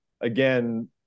Again